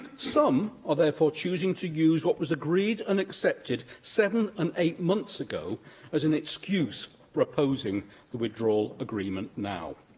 some are therefore choosing to use what was agreed and accepted seven and eight months ago as an excuse for opposing the withdrawal agreement now.